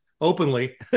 openly